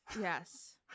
yes